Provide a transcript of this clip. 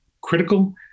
critical